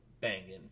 banging